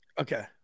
Okay